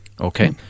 Okay